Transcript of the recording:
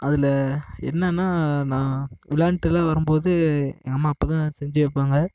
அதில் என்னான்னா நான் விளாண்ட்டுலாம் வரும்போது எங்கள் அம்மா அப்ப தான் செஞ்சு வைப்பாங்க